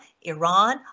iran